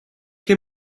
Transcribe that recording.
ket